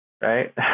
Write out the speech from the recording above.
right